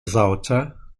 sauter